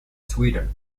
sweden